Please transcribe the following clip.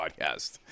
podcast